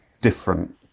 different